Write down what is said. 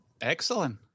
Excellent